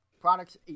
products